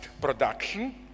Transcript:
production